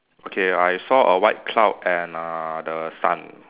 okay I saw a white cloud and uh the sun